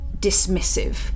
dismissive